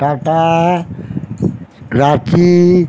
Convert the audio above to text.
tata Raki